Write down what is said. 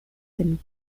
and